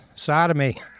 Sodomy